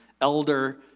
Elder